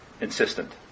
insistent